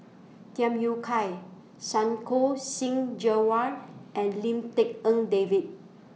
Tham Yui Kai Santokh Singh Grewal and Lim Tik En David